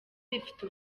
rifite